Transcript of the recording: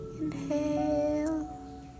Inhale